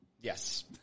Yes